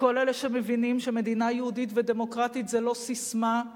כל אלה שמבינים שמדינה יהודית ודמוקרטית זה לא ססמה,